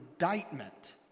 indictment